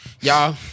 Y'all